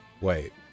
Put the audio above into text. Wait